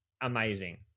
amazing